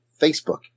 Facebook